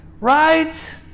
Right